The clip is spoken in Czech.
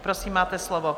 Prosím, máte slovo.